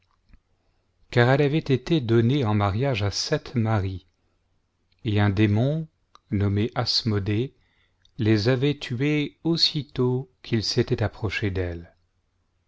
car elle avait été donnée en mariage à sept maris et un démon nommé asmodée les avait tués aussitôt qu'ils s'étaient approchés d'elle